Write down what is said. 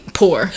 poor